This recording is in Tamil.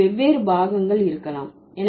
உடலில் வெவ்வேறு பாகங்கள் இருக்கலாம்